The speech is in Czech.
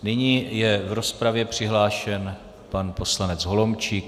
Nyní je v rozpravě přihlášen pan poslanec Holomčík.